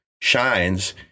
shines